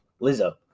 Lizzo